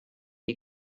you